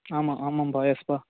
ஆமாம் ஆமாம்ப்பா யெஸ்ப்பா